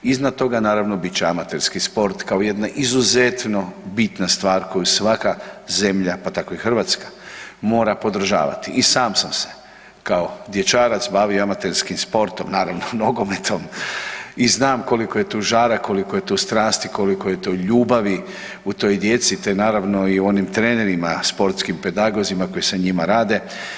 Iznad toga naravno bit će amaterski sport kao jedna izuzetno bitna stvar koju svaka zemlja pa tako i Hrvatska mora podržavati i sam sam se kao dječarac bavio amaterskim sportom naravno nogometom i znam koliko je tu žara, koliko je tu strasti, koliko je to ljubavi u toj djeci te naravno i u onim trenerima sportskim pedagozima koji sa njima rade.